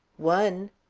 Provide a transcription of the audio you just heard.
one?